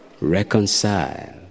reconcile